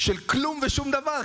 של כלום ושום דבר,